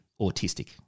autistic